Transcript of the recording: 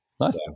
nice